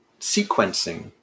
sequencing